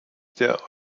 der